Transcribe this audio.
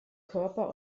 körper